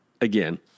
again